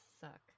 suck